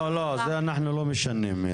את זה אנחנו לא משנים.